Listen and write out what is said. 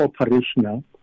operational